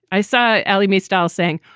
i saw alchemy style saying,